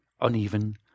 uneven